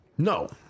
No